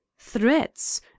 threats